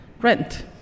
rent